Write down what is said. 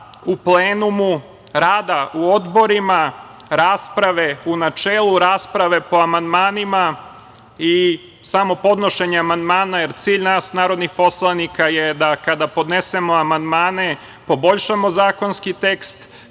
u plenumu, rada u odborima, rasprave u načelu, rasprave po amandmanima i samo podnošenje amandmana. Cilj nas narodnih poslanika je da kada podnesmo amandmane poboljšamo zakonski tekst